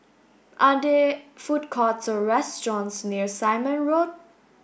are there food courts or restaurants near Simon Road